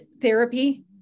Therapy